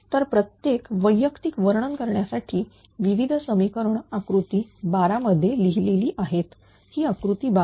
तर प्रत्येक वैयक्तिक वर्णन करण्यासाठी विविध समीकरण आकृती 12 मध्ये लिहिलेली आहेत ही आकृती 12